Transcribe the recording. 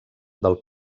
del